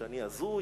שאני הזוי,